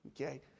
okay